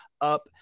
up